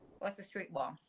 what's the street law?